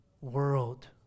world